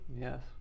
yes